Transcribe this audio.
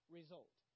result